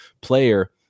player